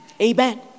Amen